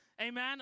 Amen